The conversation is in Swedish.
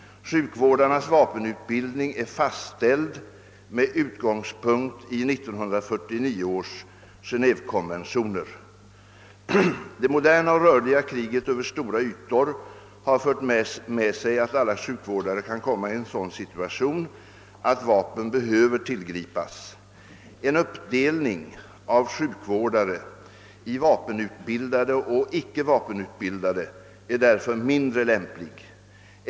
Sjukvårdarnas vapenutbildning är fastställd med utgångspunkt i 1949 års Genévekonventioner. Det moderna och rörliga kriget över stora ytor har fört med sig att alla sjukvårdare kan komma i en sådan situation att vapen behöver tillgripas. En uppdelning av sjukvårdare i vapenutbildade och icke vapenutbildade är därför mindre lämplig.